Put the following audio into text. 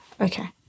okay